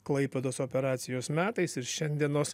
klaipėdos operacijos metais ir šiandienos